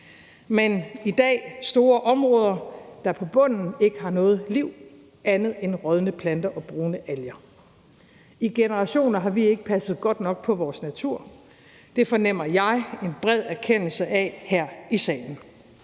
er der store områder, der på bunden ikke har noget liv andet end rådne planter og brune alger. Kl. 01:22 I generationer har vi ikke passet godt nok på vores natur, og det fornemmer jeg en bred erkendelse af her i salen.